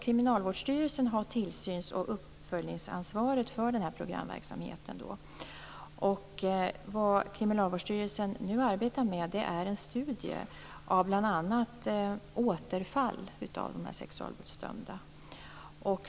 Kriminalvårdsstyrelsen har tillsyns och uppföljningsansvaret för programverksamheten. Vad Kriminalvårdsstyrelsen nu arbetar med är en studie av bl.a. återfall hos de sexualbrottsdömda.